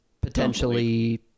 potentially